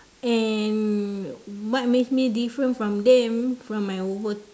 and what makes me different from them from my work